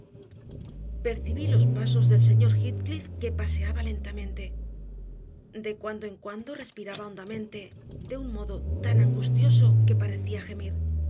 percibí los pasos del señor heathcliff que paseaba lentamente de cuando en cuando respiraba hondamente de un modo tan angustioso que parecía gemir